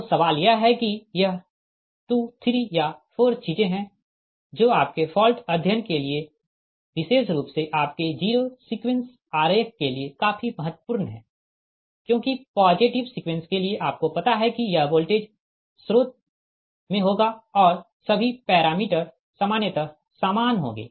तो सवाल यह है कि यह 2 3 या 4 चीजें है जो आपके फॉल्ट अध्ययन के लिए विशेष रूप से आपके जीरो सीक्वेंस आरेख के लिए काफी महत्वपूर्ण है क्योंकि पॉजिटिव सीक्वेंस के लिए आपको पता है कि यह वोल्टेज स्रोत में होगा और सभी पैरामीटर सामान्यतः सामान होंगे